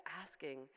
asking